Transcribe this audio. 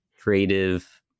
creative